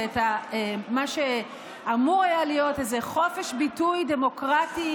ואת מה שהיה אמור להיות איזה חופש ביטוי דמוקרטי,